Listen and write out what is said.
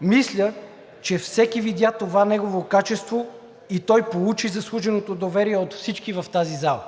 Мисля, че всеки видя това негово качество и той получи заслуженото доверие от всички в тази зала.